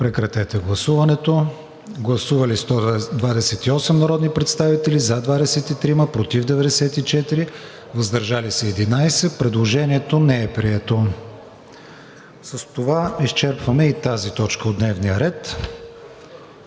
представен от вносителя. Гласували 128 народни представители: за 23, против 94, въздържали се 11. Предложението не е прието. С това изчерпваме и тази точка от дневния ред.